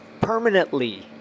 Permanently